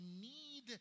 need